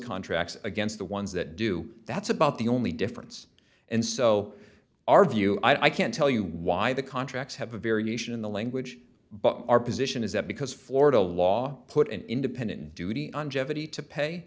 contracts against the ones that do that's about the only difference and so our view i can't tell you why the contracts have a variation in the language but our position is that because florida law put an independent duty on jeopardy to pay